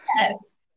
Yes